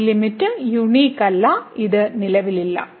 ഈ limit unique അല്ല ഇത് നിലവിലില്ല